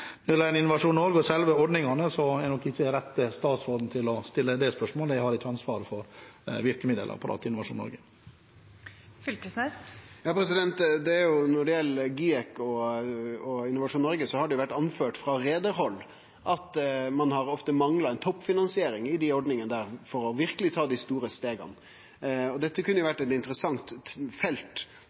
Innovasjon Norge og selve ordningene, er jeg nok ikke rett statsråd å stille det spørsmålet til. Jeg har ikke ansvaret for virkemiddelapparatet i Innovasjon Norge. Når det gjeld GIEK og Innovasjon Noreg, er det blitt sagt frå reiarhald at ein ofte har mangla ei toppfinansiering i dei ordningane for verkeleg å ta dei store stega. Dette kunne ha vore eit interessant felt: